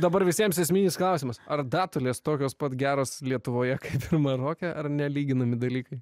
dabar visiems esminis klausimas ar datulės tokios pat geros lietuvoje kaip maroke ar nelyginami dalykai